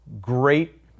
great